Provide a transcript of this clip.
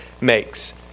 makes